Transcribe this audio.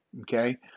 Okay